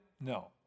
No